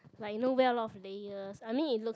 like you know wear a lot of layers I mean it looks